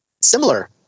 similar